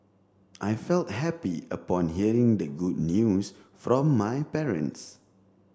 I felt happy upon hearing the good news from my parents